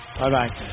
Bye-bye